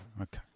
okay